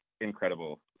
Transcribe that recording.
incredible